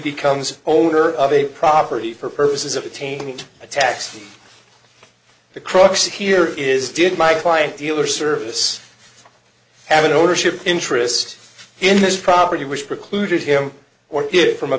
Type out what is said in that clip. becomes owner of a property for purposes of attaining to a taxi the crux here is did my client dealer service have an ownership interest in this property which precluded him or it from